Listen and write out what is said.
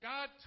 God